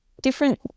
different